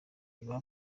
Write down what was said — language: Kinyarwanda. ibaha